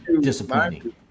disappointing